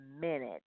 minute